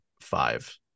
five